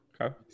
Okay